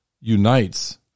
unites